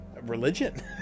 religion